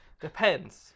Depends